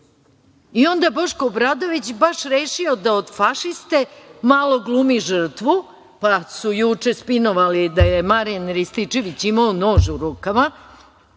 je Boško Obradović baš rešio da od fašiste malo glumi žrtvu, pa su juče spinovali da je Marjan Rističević imao nož u rukama.